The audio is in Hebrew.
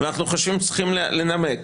ואנחנו חושבים שצריכים לנמק,